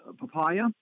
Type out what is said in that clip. papaya